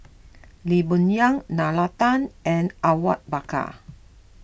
Lee Boon Yang Nalla Tan and Awang Bakar